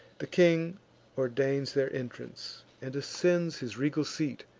the king ordains their entrance, and ascends his regal seat,